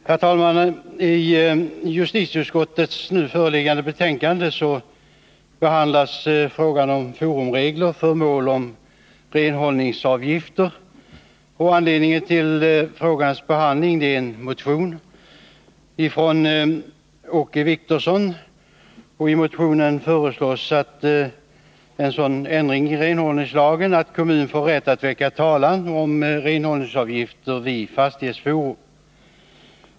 Herr talman! I justitieutskottets nu föreliggande betänkande behandlas frågan om forumregler för mål om renhållningsavgifter. Anledningen till frågans behandling är en motion från Åke Wictorsson. I motionen föreslås en sådan ändring i renhållningslagen att kommun får rätt att väcka talan om renhållningsavgifter vid fastighetsforum.